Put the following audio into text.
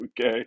okay